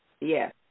Yes